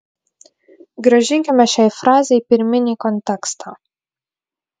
grąžinkime šiai frazei pirminį kontekstą